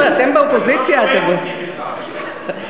חבר'ה, אתם באופוזיציה, לא שומעים אותי בכלל.